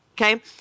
okay